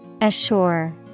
Assure